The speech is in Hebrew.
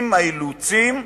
עם האילוצים,